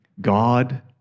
God